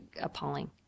appalling